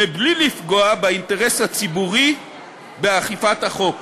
מבלי לפגוע באינטרס הציבורי באכיפת החוק.